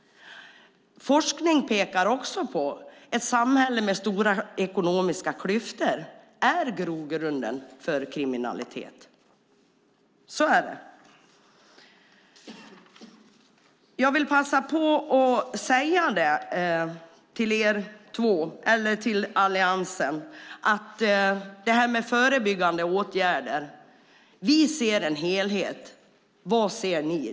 Forskning pekar också på att ett samhälle med stora ekonomiska klyftor är grogrunden för kriminalitet. Så är det. Jag vill passa på att säga till Alliansen att när det gäller förebyggande åtgärder ser vi en helhet. Vad ser ni?